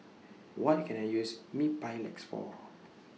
What Can I use Mepilex For